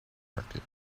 market